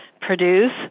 produce